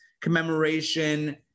commemoration